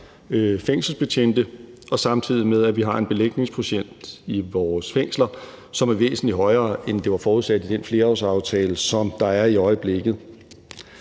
fængselsbetjente, samtidig med at vi har en belægningsprocent i vores fængsler, som er væsentlig højere, end det var forudsat i den flerårsaftale, som der er i øjeblikket.